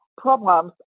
problems